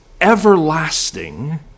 everlasting